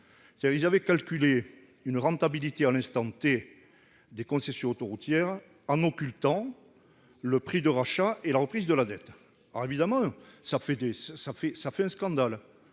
elle avait calculé une rentabilité à l'instant des concessions autoroutières en occultant le prix de rachat et la reprise de la dette. Bien évidemment, cela a fait un scandale,